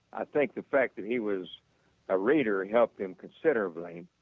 i think the fact that he was a reader helped him considerably.